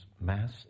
Mass